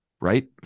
Right